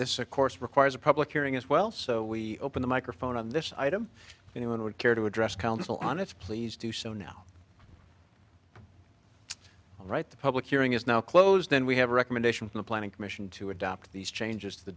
this of course requires a public hearing as well so we open the microphone on this item anyone would care to address council on its please do so now right the public hearing is now closed then we have a recommendation from the planning commission to adopt these changes the